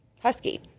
husky